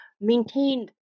maintained